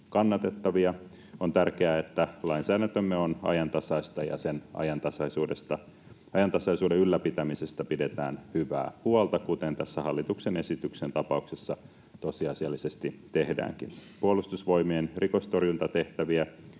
kannatettavia. On tärkeää, että lainsäädäntömme on ajantasaista ja sen ajantasaisuuden ylläpitämisestä pidetään hyvää huolta, kuten tässä hallituksen esityksen tapauksessa tosiasiallisesti tehdäänkin. Puolustusvoimien rikostorjuntatehtäviä